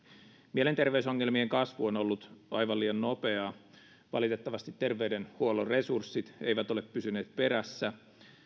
mielenterveysongelmien kasvu on ollut aivan liian nopeaa valitettavasti terveydenhuollon resurssit eivät ole pysyneet perässä